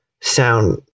sound